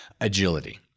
agility